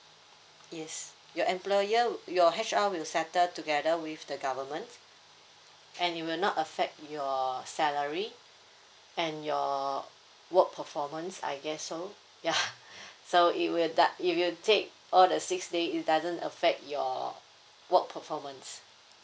yes your employer your H_R will settle together with the government and it will not affect your salary and your work performance I guess so yeah so it will that if you take all the six day it doesn't affect your work performance